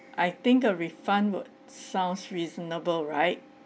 I think a refund would sounds reasonable right